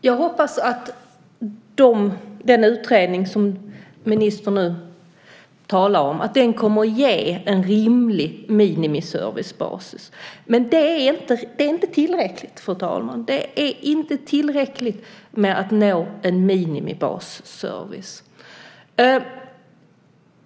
Fru talman! Jag hoppas att den utredning som ministern nu talar om kommer att ge en rimlig minimiservicebasis. Men det är inte tillräckligt, fru talman. Det är inte tillräckligt att nå en minimibasservice.